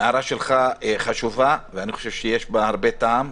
ההערה שלך חשובה ואני חושב שיש בה הרבה טעם,